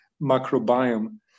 microbiome